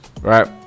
right